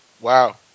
Wow